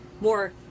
more